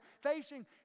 facing